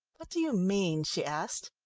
what do you mean? she asked.